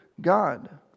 God